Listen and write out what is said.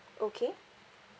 okay